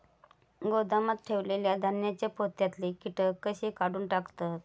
गोदामात ठेयलेल्या धान्यांच्या पोत्यातले कीटक कशे काढून टाकतत?